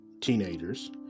teenagers